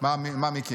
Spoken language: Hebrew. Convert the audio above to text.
--- מה פתאום.